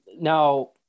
Now